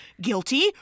guilty